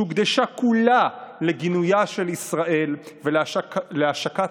שהוקדשה כולה לגינויה של ישראל ולהשקת